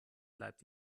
bleibt